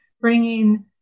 bringing